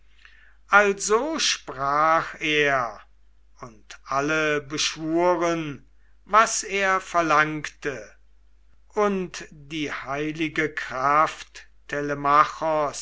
also sprach er und alle beschwuren was er verlangte und die heilige kraft